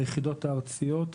ביחידות הארציות,